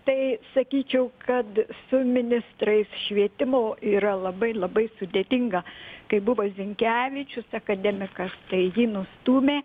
tai sakyčiau kad su ministrais švietimo yra labai labai sudėtinga kai buvo zinkevičius akademikas tai jį nustūmė